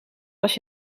was